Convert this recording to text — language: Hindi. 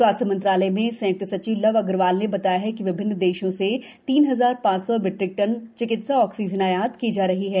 स्वास्थ्य मंत्रालय में संय्क्त सचिव लव अग्रवाल ने बताया कि विभिन्न देशों से तीन हजार ांच सौ मीट्रिक टन चिकित्सा ऑक्सीजन आयात की जा रही है